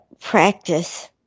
practice